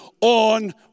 on